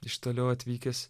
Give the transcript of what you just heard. iš toliau atvykęs